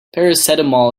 paracetamol